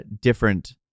different